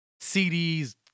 CDs